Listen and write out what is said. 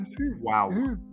Wow